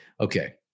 Okay